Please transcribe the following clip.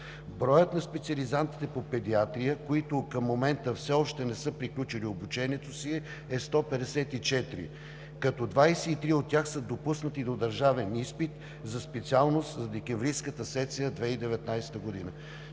Броят на специализантите по педиатрия, които към момента все още не са приключили обучението си, е 154, като от тях 23 са допуснати до държавен изпит по специалността в декемврийската сесия на 2019 г.